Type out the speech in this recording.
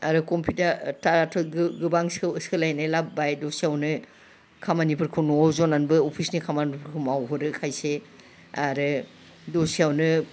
आरो कम्पिटाराथ' गोबां सोलायनाय लाबोबाय दसेयावनो खामानिफोरखौ न'आव ज'नानैबो अफिसनि खामानिफोरखौ मावहरो खायसे आरो दसेयावनो